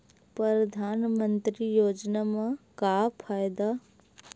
परधानमंतरी योजना म का फायदा?